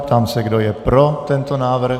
Ptám se, kdo je pro tento návrh.